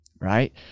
right